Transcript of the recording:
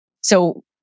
So-